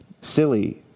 silly